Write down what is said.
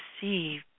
see